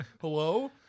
Hello